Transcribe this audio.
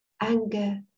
Anger